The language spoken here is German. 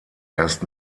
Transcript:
erst